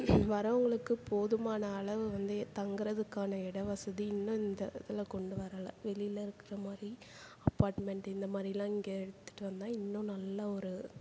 வரவங்களுக்கு போதுமான அளவு வந்து தங்குகிறதுக்கான இட வசதி இன்னும் இந்த இதில் கொண்டு வரலை வெளியில இருக்கிற மாதிரி அபார்ட்மெண்ட்டு இந்த மாதிரிலாம் இங்கே எடுத்துகிட்டு வந்தால் இன்னும் நல்லா ஒரு